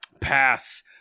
Pass